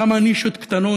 כמה נישות קטנות,